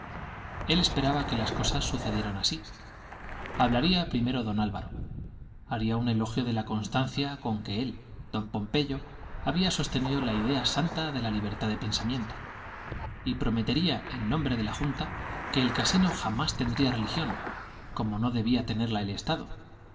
él esperaba que las cosas sucedieran así hablaría primero don álvaro haría un elogio de la constancia con que él don pompeyo había sostenido la idea santa de la libertad de pensamiento y prometería en nombre de la junta que el casino jamás tendría religión como no debía tenerla el estado